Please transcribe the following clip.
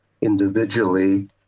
individually